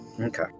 Okay